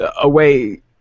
away